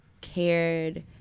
cared